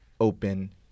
open